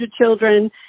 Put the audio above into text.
children